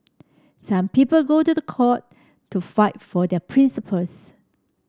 some people go to the court to fight for their principles